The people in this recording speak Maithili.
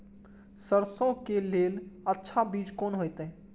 सरसों के लेल अच्छा बीज कोन होते?